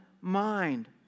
mind